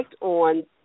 on